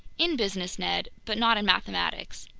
in business, ned, but not in mathematics.